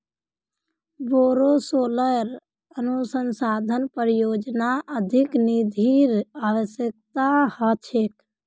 बोरो सोलर अनुसंधान परियोजनात अधिक निधिर अवश्यकता ह छेक